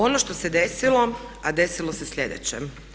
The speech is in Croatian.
Ono što se desilo a desilo se sljedeće.